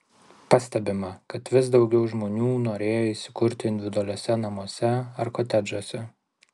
pastebima kad vis daugiau žmonių norėjo įsikurti individualiuose namuose ar kotedžuose